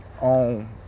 on